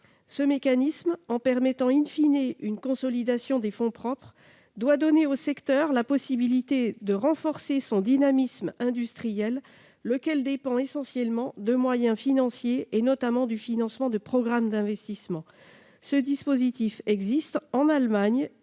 Ce mécanisme, en permettant une consolidation des fonds propres, doit donner au secteur la possibilité de renforcer son dynamisme industriel, lequel dépend essentiellement de moyens financiers, notamment du financement de programmes d'investissement. Un dispositif similaire existe en Allemagne